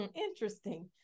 interesting